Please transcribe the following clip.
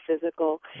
physical